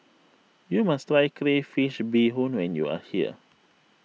you must try Crayfish BeeHoon when you are here